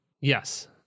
Yes